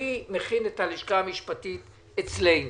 אני מכין את הלשכה המשפטית אצלנו.